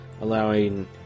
allowing